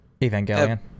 Evangelion